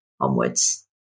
onwards